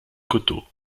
coteau